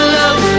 love